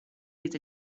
his